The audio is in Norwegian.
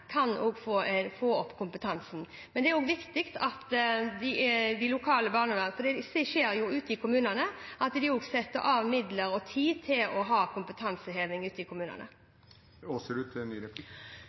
kan få opp kompetansen. Men det er viktig at det lokale barnevernet – for ting skjer ute i kommunene – også setter av midler og tid til kompetanseheving ute i